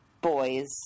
boys